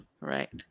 right